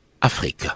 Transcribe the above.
Afrique